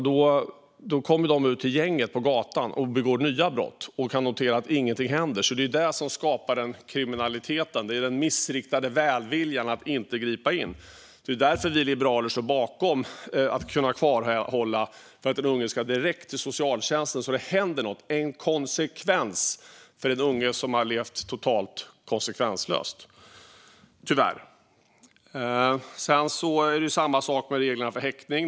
De kommer i stället ut till gänget på gatan och begår nya brott och kan notera att ingenting händer. Det är den missriktade välviljan och att inte gripa in som skapar kriminaliteten. Det är därför vi liberaler står bakom att kunna kvarhålla, så att den unge ska direkt till socialtjänsten och så att det händer något. Det ska bli en konsekvens för den unge som har levt totalt konsekvenslöst, tyvärr. Det är samma sak med reglerna för häktning.